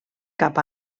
cap